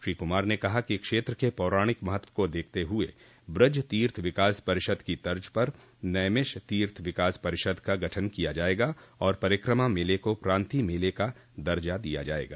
श्री कुमार ने कहा कि क्षेत्र के पौराणिक महत्व को देखते हुए ब्रज तीर्थ विकास परिषद की तज पर नैमिष तीर्थ विकास परिषद का गठन किया जायेगा और परिकमा मेले को प्रांतीय मेले का दर्जा दिया जायेगा